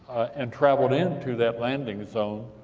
and traveled into that landing zone,